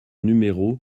numéro